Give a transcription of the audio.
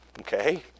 Okay